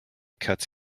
cuts